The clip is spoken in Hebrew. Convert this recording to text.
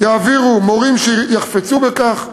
יעבירו מורים שיחפצו בכך,